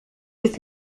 with